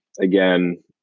again